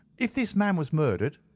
if this man was murdered,